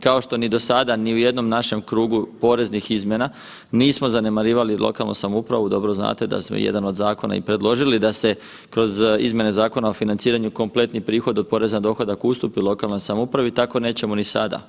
Kao što ni do sada ni u jednom našem krugu poreznih izmjena nismo zanemarivali lokalnu samoupravu, dobro znate da smo jedan od zakona i predložili da se kroz izmjene Zakona o financiranju kompletni prihod od poreza na dohodak ustupi lokalnoj samoupravi tako nećemo ni sada.